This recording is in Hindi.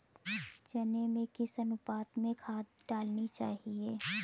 चने में किस अनुपात में खाद डालनी चाहिए?